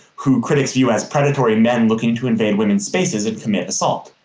who critics view as predatory men looking to invade women's spaces and commit assault.